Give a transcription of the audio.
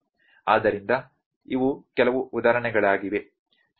ಆದ್ದರಿಂದ ಇವು ಕೆಲವು ಉದಾಹರಣೆಗಳಾಗಿವೆ ಸರಿ